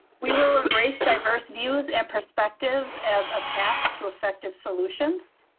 we will embrace diverse views and perspectives as a path to effective solutions.